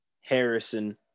Harrison